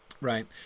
Right